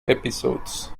episodes